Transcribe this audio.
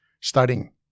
studying